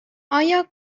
آیا